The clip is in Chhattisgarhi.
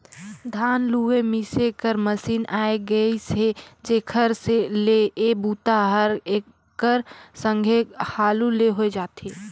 धान लूए मिसे कर मसीन आए गेइसे जेखर ले ए बूता हर एकर संघे हालू ले होए जाथे